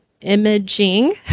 imaging